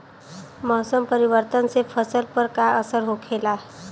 मौसम परिवर्तन से फसल पर का असर होखेला?